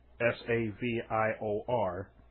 S-A-V-I-O-R